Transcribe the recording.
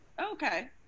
Okay